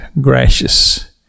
gracious